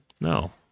No